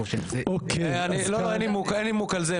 לא, אין נימוק על זה.